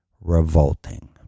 Revolting